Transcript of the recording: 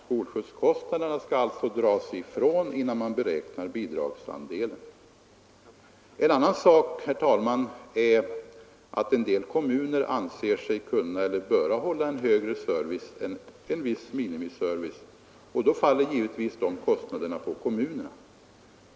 Skolskjutskostnaderna skall alltså dras ifrån innan man beräknar bidragsandelen. En annan sak, herr talman, är att en del kommuner anser sig kunna och böra hålla en högre service än en viss minimiservice, och då faller givetvis också dessa ökade kostnader på kommunerna.